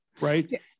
right